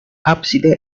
ábside